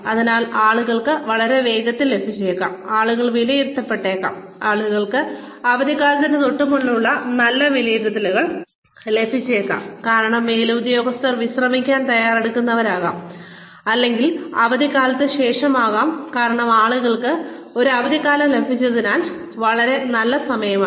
അതിനാൽ ആളുകൾക്ക് വളരെ വേഗത്തിൽ ലഭിച്ചേക്കാം ആളുകൾ വിലയിരുത്തപ്പെട്ടേക്കാം അല്ലെങ്കിൽ ആളുകൾക്ക് അവധിക്കാലത്തിന് തൊട്ടുമുമ്പ് നല്ല വിലയിരുത്തലുകൾ ലഭിച്ചേക്കാം കാരണം മേലുദ്യോഗസ്ഥർ വിശ്രമിക്കാൻ തയ്യാറെടുക്കുന്നവരാവാം അല്ലെങ്കിൽ അവധിക്കാലത്തിന് ശേഷമാവാം കാരണം ആളുകൾക്ക് ഒരു അവധിക്കാലം ലഭിച്ചതിനാൽ വളരെ നല്ല സമയം ആണ്